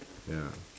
ya